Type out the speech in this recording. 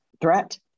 threat